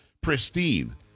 pristine